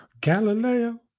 galileo